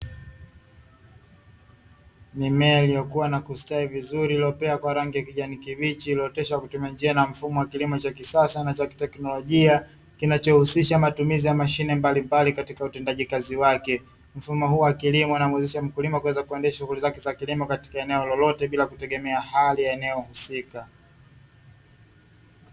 Mimea iliyokuwa na kustawi vizuri, iliyopea kwa rangi ya kijani kibichi, iliyooteshwa kwa kutumia njia ya mfumo wa kisasa na cha kiteknolojia kinachohusisha matumizi ya mashine mbalimbali katika utendaji kazi wake. Mfumo huo wa kilimo unamuwezesha mkulima kuweza kuandaa shughuli zake za kilimo katika eneo lolote, bila kutegemea hali ya eneo husika.